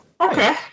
Okay